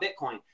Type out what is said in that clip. Bitcoin